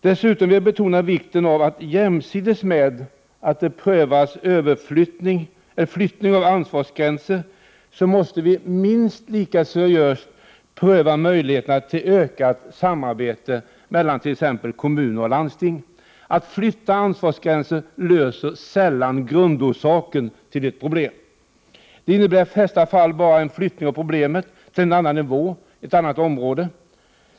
Dessutom vill jag betona vikten av att vi, jämsides med att det prövas flyttning av ansvarsgränser, minst lika seriöst måste pröva möjligheterna till ett ökat samarbete mellan t.ex. kommun och landsting. Att flytta ansvarsgränser undanröjer sällan grundorsaken till ett problem. Det innebär i de flesta fall bara en flyttning av problemet till en annan nivå eller till ett annat område.